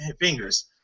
fingers